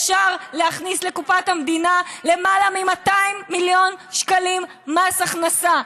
אפשר להכניס לקופת המדינה למעלה מ-200 מיליון שקלים מס הכנסה.